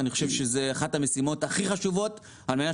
זאת אחת המשימות הכי חשובות על מנת